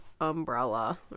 umbrella